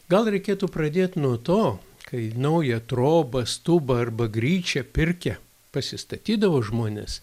gal reikėtų pradėt nuo to kai naują trobą stubą arba gryčią pirkią pasistatydavo žmonės